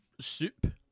soup